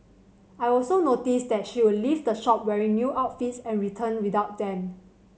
I also noticed that she would leave the shop wearing new outfits and returned without them